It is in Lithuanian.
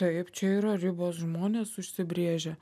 taip čia yra ribos žmonės užsibrėžę